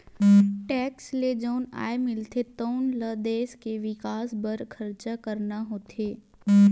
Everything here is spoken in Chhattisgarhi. टेक्स ले जउन आय मिलथे तउन ल देस के बिकास बर खरचा करना होथे